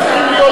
תאמין לי,